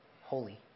holy